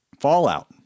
fallout